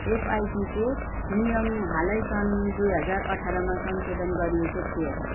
एफआइडीको नियम हालै सन् दुई हजार अठारमा संशोधन गरिएको थियो